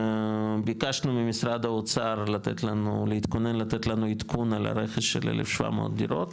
בקשנו ממשרד האוצר להתכונן לתת לנו עדכון על הרכש של ה-1,700 דירות,